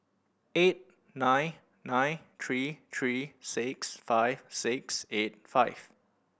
eight nine nine three three six five six eight five